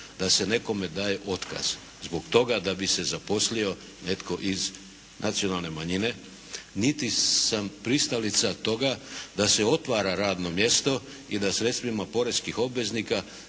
da se nekome daje otkaz zbog toga da bi se zaposlio netko iz nacionalne manjine. Niti sam pristalica toga da se otvara radno mjesto i da sredstvima poreskih obveznika